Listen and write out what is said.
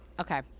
okay